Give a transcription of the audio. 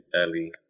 Ellie